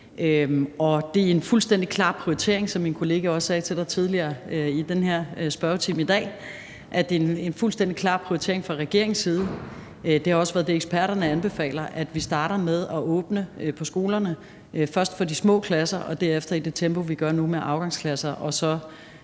Det er en fuldstændig klar prioritering, som min kollega også sagde til dig tidligere i den her spørgetime i dag, fra regeringens side, og det har også været det, som eksperterne anbefaler, nemlig at vi starter med at åbne på skolerne, først for de små klasser og derefter i det tempo, vi gør nu, med afgangsklasser